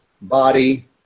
body